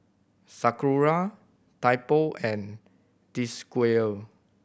Sakura Typo and Desigual